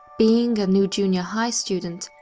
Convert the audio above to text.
being a new junior high student,